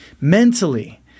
Mentally